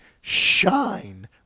shine